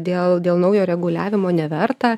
dėl dėl naujo reguliavimo neverta